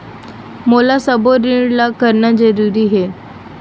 मोला सबो ऋण ला करना जरूरी हे?